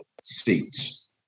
seats